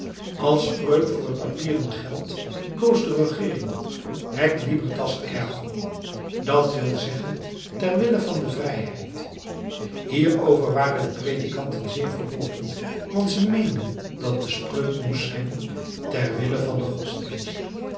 als spreuk voor het papieren geld koos de regeering haec libertatis ergo dat zeggen wil ter wille van de vrijheid hierover waren de predikanten zeer verbolgen want ze meenden dat de spreuk moest zijn ter wille van den godsdienst